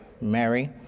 Mary